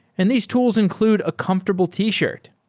and these tools include a comfortable t-shirt.